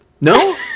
no